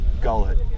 gullet